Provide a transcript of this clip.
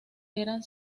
eran